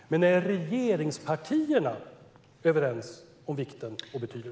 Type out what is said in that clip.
Men är regeringspartierna överens om betydelsen och vikten?